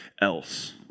else